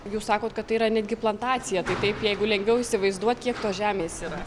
jūs sakot kad tai yra netgi plantacija tai taip jeigu lengviau įsivaizduot kiek tos žemės yra